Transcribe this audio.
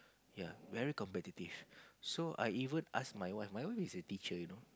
ya very competitive so I even ask my wife my wife is a teacher you know